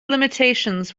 limitations